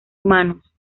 humanos